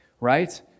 right